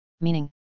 meaning